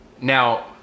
Now